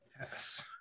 Yes